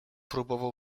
próbował